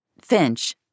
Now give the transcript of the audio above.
Finch